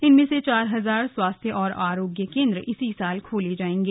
इनमें से चार हजार स्वास्थ्य और आरोग्य केंद्र इस साल खोले जाएंगे